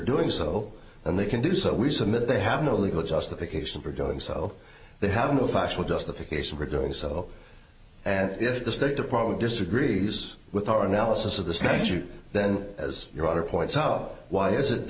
doing so and they can do so we submit they have no legal justification for doing so they have no factual justification for doing so and if the state department disagrees with our analysis of the statute then as your other points out why is it